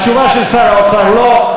התשובה של שר האוצר היא לא.